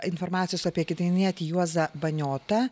informacijos apie kėdainietį juozą baniotą